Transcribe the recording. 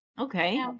Okay